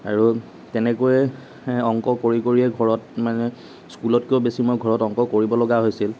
আৰু তেনেকৈ অংক কৰি কৰিয়েই ঘৰত মানে স্কুলতকৈয়ো বেছি মই ঘৰত অংক কৰিব লগা হৈছিল